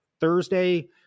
Thursday